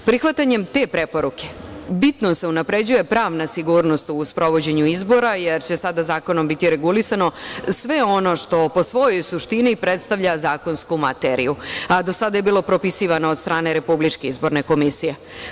Prihvatanjem te preporuke, bitno se unapređuje pravna sigurnost u sprovođenju izbora, jer će sada zakonom biti regulisano sve ono što po svojoj suštini predstavlja zakonsku materiju, a do sada je bilo propisivano od strane Republičke izborne komisije.